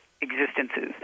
existences